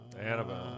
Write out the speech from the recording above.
Annabelle